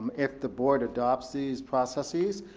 um if the board adopts these processes,